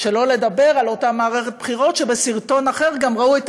שלא לדבר על אותה מערכת בחירות שבסרטון אחר גם ראו את